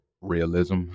realism